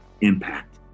impact